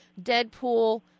Deadpool